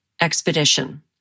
expedition